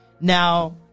Now